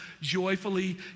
joyfully